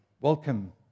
Welcome